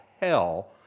hell